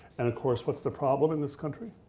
and of course, what's the problem in this country?